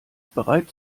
bereit